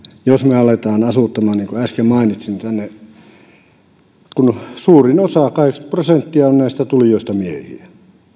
jos me alamme asuttaa tänne niin kuin äsken mainitsin suurin osa kahdeksankymmentä prosenttia on näistä tulijoista miehiä